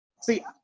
see